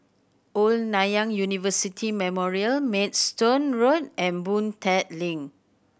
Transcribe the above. Old Nanyang University Memorial Maidstone Road and Boon Tat Link